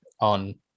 on